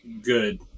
good